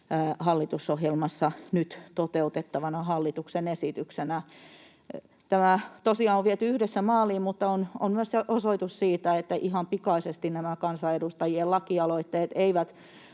hallitusohjelmassa nyt toteutettavana hallituksen esityksenä. Tämä tosiaan on viety yhdessä maaliin, mutta on myös osoitus siitä, että ihan pikaisesti nämä kansanedustajien lakialoitteet eivät